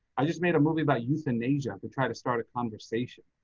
i just made a movie about euthanasia to try to start a conversation,